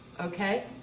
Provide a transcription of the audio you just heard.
Okay